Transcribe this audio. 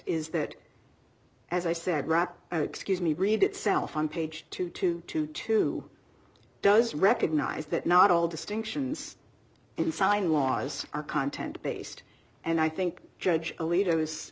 is that as i said wrap oh excuse me read itself on page two two two two does recognize that not all distinctions and signed laws are content based and i think judge a